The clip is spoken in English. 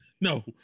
No